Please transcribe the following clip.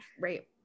Right